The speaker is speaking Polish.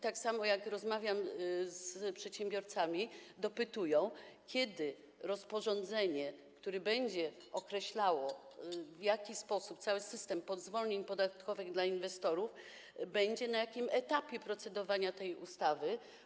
Tak samo jak rozmawiam z przedsiębiorcami, dopytują, kiedy rozporządzenie, które będzie określało, w jaki sposób cały system zwolnień podatkowych dla inwestorów będzie na jakim etapie procedowania tej ustawy.